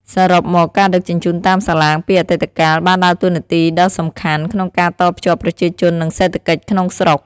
សរុបមក ការដឹកជញ្ជូនតាមសាឡាងពីអតីតកាលបានដើរតួនាទីដ៏សំខាន់ក្នុងការតភ្ជាប់ប្រជាជននិងសេដ្ឋកិច្ចក្នុងស្រុក។